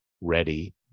ready